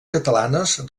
catalanes